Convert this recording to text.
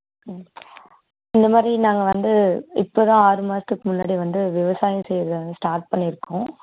ம் இந்தமாதிரி நாங்கள் வந்து இப்போதான் ஆறு மாதத்துக்கு முன்னாடி வந்து விவசாயம் செய்யிறதை வந்து ஸ்டார்ட் பண்ணிருக்கோம்